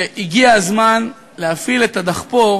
שהגיע הזמן להפעיל את הדחפור,